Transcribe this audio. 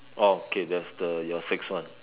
oh okay there's the your sixth one